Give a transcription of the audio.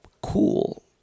cool